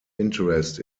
interest